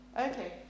Okay